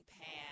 path